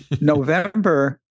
November